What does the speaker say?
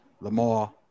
Lamar